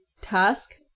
task